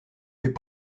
est